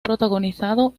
protagonizado